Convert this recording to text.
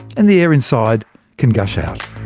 and the air inside can gush out.